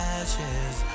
ashes